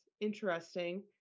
interesting